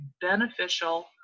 beneficial